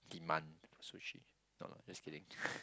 demand for sushi no lah just kidding